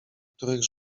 których